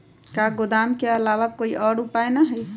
का गोदाम के आलावा कोई और उपाय न ह?